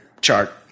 chart